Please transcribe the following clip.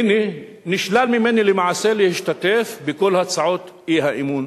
הנה, נשלל ממני למעשה להשתתף בכל הצעות האי-אמון,